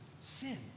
sin